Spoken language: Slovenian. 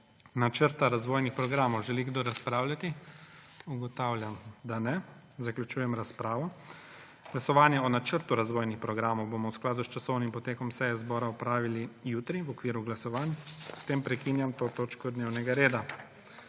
Načrta razvojnih programov. Želi kdo razpravljati? Ugotavljam, da ne. Zaključujem razpravo. Glasovanje o načrtu razvojnih programov bomo v skladu s časovnim potekom seje Državnega zbora opravili jutri v okviru glasovanj. S tem prekinjam to točko dnevnega reda.